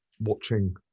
watching